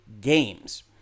games